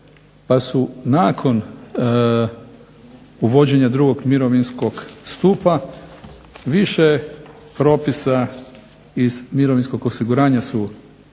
pa su nakon uvođenja drugog mirovinskog stupa više propisa iz mirovinskog osiguranja su izmijenjena.